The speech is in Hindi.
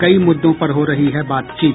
कई मुद्दों पर हो रही है बातचीत